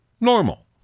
Normal